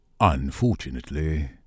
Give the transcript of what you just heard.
Unfortunately